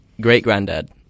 great-granddad